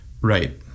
Right